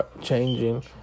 changing